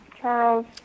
Charles